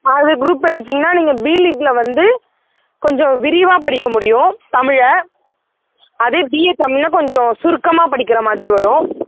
அது குரூப்பு எடுத்தீங்கனா நீங்கள் பி லிட்டில் வந்து கொஞ்சம் விரிவாக படிக்க முடியும் தமிழ அதே பிஏ தமிழ்ன்னா கொஞ்சம் சுருக்கமாக படிக்கிற மாதிரி வரும்